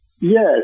yes